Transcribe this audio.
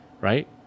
right